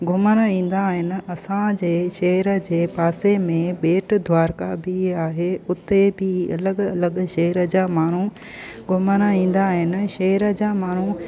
घुमण ईंदा आहिनि असांजे शहर जे पासे में भेट द्वारका बि आहे उते बि अलॻि अलॻि शहर जा माण्हू घुमण ईंदा आहिनि शहर जा माण्हू